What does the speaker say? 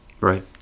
Right